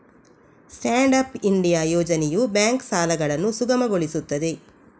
stand up India ಯೋಜನೆಯು bank ಸಾಲಗಳನ್ನು ಸುಗಮಗೊಳಿಸುತ್ತದೆ